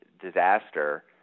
disaster